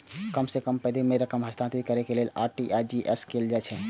कम समय मे पैघ रकम हस्तांतरित करै लेल आर.टी.जी.एस कैल जाइ छै